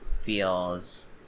feels